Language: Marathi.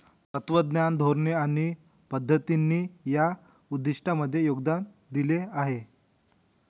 तत्त्वज्ञान, धोरणे आणि पद्धतींनी या उद्दिष्टांमध्ये योगदान दिले आहे